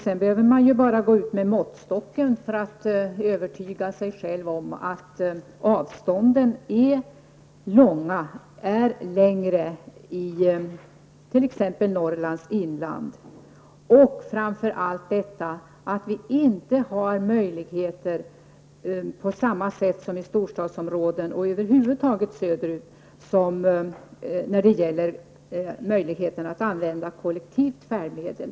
Man behöver sedan bara gå ut med måttstocken för att övertyga sig själv om att avstånden är långa i t.ex. Norrlands inland. Vi har framför allt inte samma möjlighet som människor i storstadsområden och över huvud taget områden söderut att använda kollektiva färdmedel.